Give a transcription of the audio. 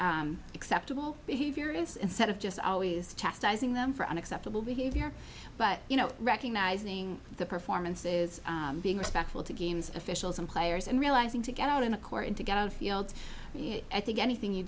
acceptable behavior is instead of just always chastising them for unacceptable behavior but you know recognizing the performances being respectful to games officials and players and realizing to get out in the court and to get i think anything you